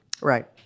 Right